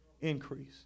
Increase